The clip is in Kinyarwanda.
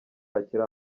hakiri